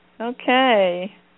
Okay